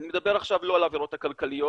אני מדבר עכשיו לא על העבירות הכלכליות,